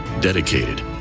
dedicated